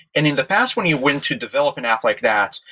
and in the past when you went to develop an app like that,